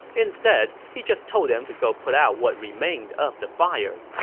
instead, he just told them to go put out what remained of the fire.